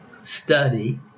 Study